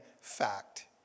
fact